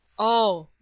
oh,